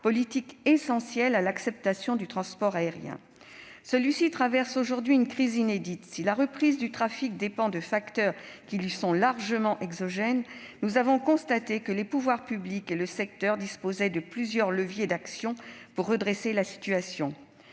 politique essentielle à l'acceptation du transport aérien. Celui-ci traverse aujourd'hui une crise inédite. Si la reprise du trafic dépend de facteurs qui lui sont largement exogènes, nous avons constaté que les pouvoirs publics et le secteur disposaient de plusieurs leviers d'action pour redresser la situation.